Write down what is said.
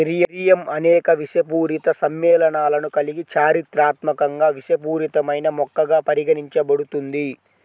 nerium అనేక విషపూరిత సమ్మేళనాలను కలిగి చారిత్రాత్మకంగా విషపూరితమైన మొక్కగా పరిగణించబడుతుంది